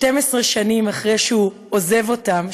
12 שנים אחרי שהוא עוזב אותם,